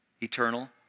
eternal